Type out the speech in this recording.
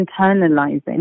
internalizing